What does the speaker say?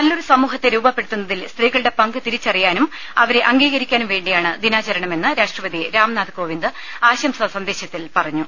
നല്ലൊരു സമൂഹത്തെ രൂപപ്പെടുത്തുന്നതിൽ സ്ത്രീകളുടെ പങ്ക് തിരിച്ചറിയാനും അവരെ അംഗീകരിക്കാനും വേണ്ടിയാണ് ദിനാചരണമെന്ന് രാഷ്ട്രപതി രാംനാഥ് കോവിന്ദ് ആശംസാ സന്ദേശത്തിൽ പറഞ്ഞു